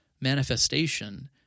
manifestation